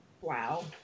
Wow